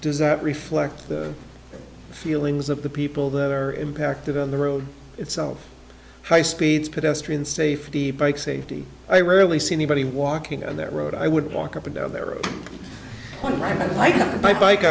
does that reflect the feelings of the people that are impacted on the road itself high speeds pedestrian safety bike safety i rarely see anybody walking on that road i would walk up and down the